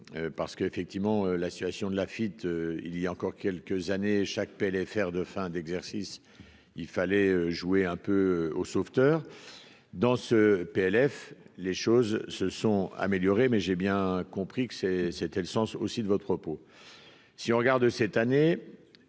parce qu'effectivement la situation de la fuite, il y a encore quelques années, chaque PLFR de fin d'exercice, il fallait jouer un peu aux sauveteurs dans ce PLF, les choses se sont améliorées, mais j'ai bien compris que c'est, c'était le sens aussi de votre propos, si on regarde cette année,